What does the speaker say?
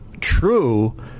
true